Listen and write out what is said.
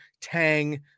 tang